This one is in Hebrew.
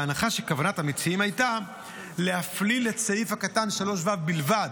בהנחה שכוונת המציעים הייתה להפליל את סעיף קטן 3(ו) בלבד,